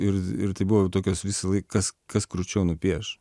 ir ir tai buvo jau tokios visąlaik kas kas krūčiau nupieš